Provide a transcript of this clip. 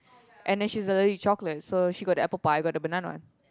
and then she's allergic to chocolate so she got the apple pie I got the banana one